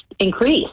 increase